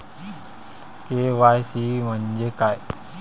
KYC म्हंजे काय?